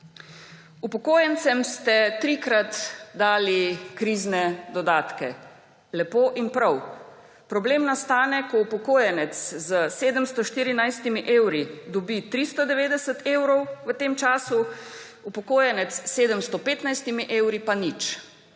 upokojencem ste trikrat dali krizne dodatke. Lepo in prav. Problem nastane, ko upokojenec s 714 evri dobi 390 evrov v tem času, upokojenec s 715 evri pa nič.